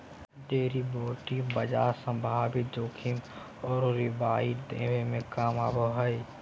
derivative बाजार संभावित जोखिम औरो रिवार्ड्स दोनों में काम आबो हइ